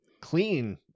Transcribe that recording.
clean